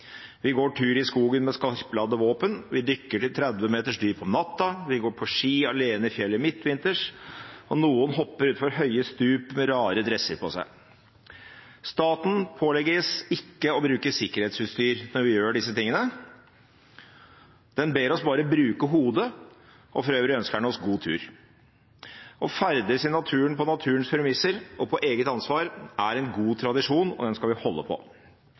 Vi går tur i skogen med skarpladde våpen, vi dykker til 30 meters dyp om natta, vi går på ski alene i fjellet midtvinters, og noen hopper utfor høye stup med rare dresser på seg. Staten pålegger oss ikke å bruke sikkerhetsutstyr når vi gjør disse tingene. Den ber oss bare å bruke hodet, og for øvrig ønsker den oss god tur. Å ferdes i naturen på naturens premisser og på eget ansvar er en god tradisjon, og den skal vi holde på.